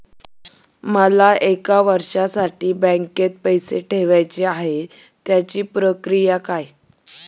मला एक वर्षासाठी बँकेत पैसे ठेवायचे आहेत त्याची प्रक्रिया काय?